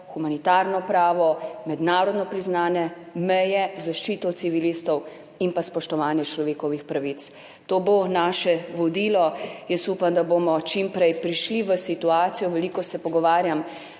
humanitarno pravo, mednarodno priznane meje, zaščito civilistov in spoštovanje človekovih pravic. To bo naše vodilo. Upam, da bomo čim prej prišli v situacijo, veliko se pogovarjam